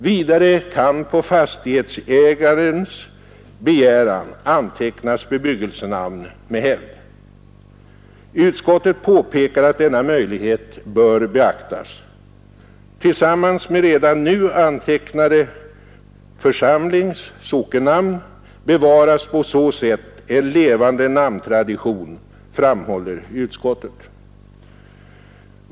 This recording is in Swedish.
Vidare kan på fastighetsägarens begäran antecknas bebyggelsenamn med hävd. Utskottet påpekar att denna möjlighet bör beaktas. Tillsammans med redan nu antecknade församlingsnamn bevaras på så sätt en levande namntradition, framhåller utskottet.